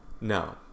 No